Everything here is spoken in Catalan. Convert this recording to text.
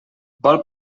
vol